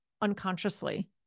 unconsciously